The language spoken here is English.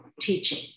teaching